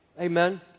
Amen